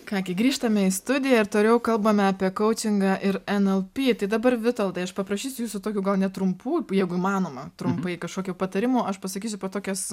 ką gi grįžtame į studiją ir toliau kalbame apie kaučingą ir nlp tai dabar vitoldai aš paprašysiu jūsų tokių gal netrumpų jeigu įmanoma trumpai kažkokio patarimo aš pasakysiu po tokias